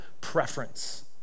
preference